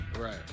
right